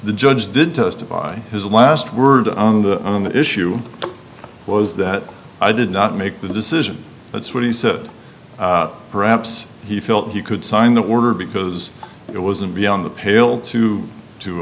the judge did testify his last word on the issue was that i did not make the decision that's what he said that perhaps he felt he could sign the order because it wasn't beyond the pale to to